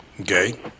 Okay